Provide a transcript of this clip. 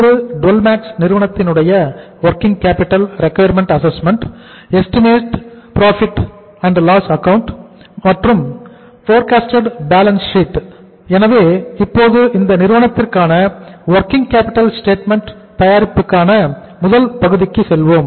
ஒன்று Dwell Max நிறுவனத்தின்னுடைய working capital requirement assessment தயாரிப்பதற்கான முதல் பகுதிக்கு செல்வோம்